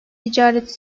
ticareti